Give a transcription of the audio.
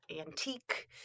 antique